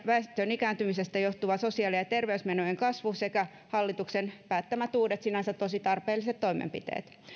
väestön ikääntymisestä johtuva sosiaali ja ja terveysmenojen kasvu sekä hallituksen päättämät uudet sinänsä tosi tarpeelliset toimenpiteet